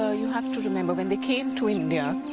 ah you have to remember, when they came to india,